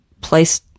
place